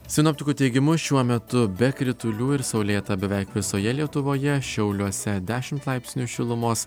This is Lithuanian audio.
sinoptikų teigimu šiuo metu be kritulių ir saulėta beveik visoje lietuvoje šiauliuose dešimt laipsnių šilumos